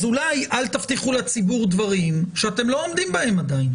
אולי לא תבטיחו לציבור דברים שאתם עדיין לא עומדים בהם.